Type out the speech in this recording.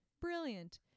Brilliant